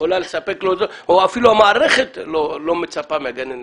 יכולה לספק להם או אפילו המערכת לא מצפה מהגננת,